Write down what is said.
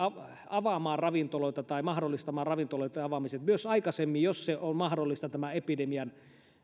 avaamaan ravintoloita tai mahdollistamaan ravintoloiden avaamisen jo aikaisemmin jos se on mahdollista tämän epidemian